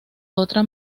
otra